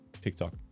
tiktok